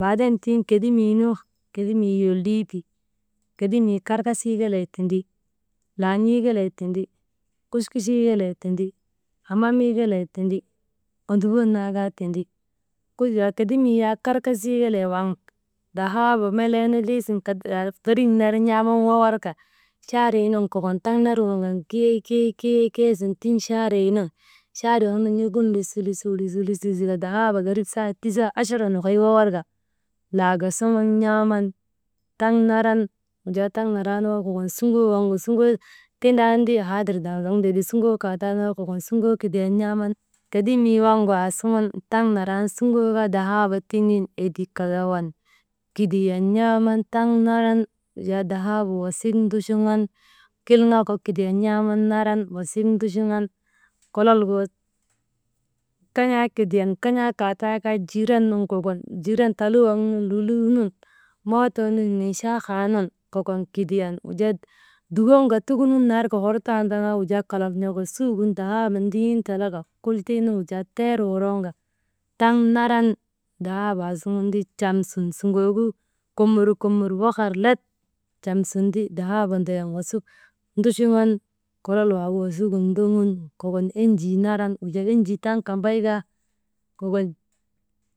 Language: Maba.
Baaden kedemii nu, tiŋ kedemii lolii ti, kedemii kerkesee kelee tindi, laan̰ii kelee tindi, kuchkuchee kelee tindi hamamii kelee tindi, ondubon naa kaa tindi, «hesitation». Kedimii yak kerkesee kelee waŋ dahaaba meleenu lii sun, «hesitation» feriŋ ner n̰aaman wawarka, chaariinun kokon taŋ ner wurŋan kiya, kiya, kiya sun tiŋ chaarii nun chaarii waŋ nun n̰ogun lusi, lusi, lusi zika dahaaba gerip saa tisaa, achara nokoy wawar ka laaga suŋun n̰aaman taŋ naran, wujaa taŋ naraanu kaa kokon suŋoo, suŋgoo kidiyan n̰aaman, kedemii waŋgu aasuŋun taŋ naraanu suŋgoo kaa, dahaaba tiŋin edik kadawan kidiyan taŋ naran wujaa dahaaba wasik nduchuŋan kilŋaa kok kidiyan kan̰aa kata kaa jiiran nun kokon. Jiiran taluu waŋ nun, lulu waŋ nun, mootoo nun minchaahaa nun, kokon kidiyan, wujaa dukonka tukunun narka hortandaakaa kalak n̰oka sugin dahaaba diŋin talaka kultii nu wujaa teer woroŋka taŋ naran, dahaa aasuŋti cam sun suŋogu kommori, kommori wahar let cam sun ti dahaaba dayan wasik nduchuŋan kolol waagu wasigin ndoŋun kokon enjii naran wujaa enjii taŋ kambay kaa kokon.